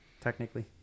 technically